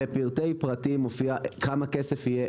לפרטי פרטים מופיע כמה כסף יהיה,